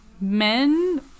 men